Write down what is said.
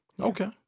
Okay